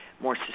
more